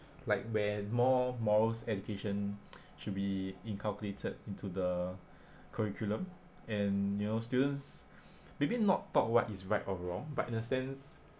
like where more morals education should be inculcated into the curriculum and you know students maybe not taught what is right or wrong but in a sense